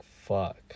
fuck